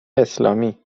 اسلامی